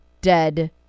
dead